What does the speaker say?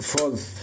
Fourth